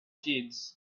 kids